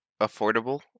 affordable